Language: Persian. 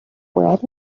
باید